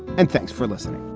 and thanks for listening